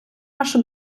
вашу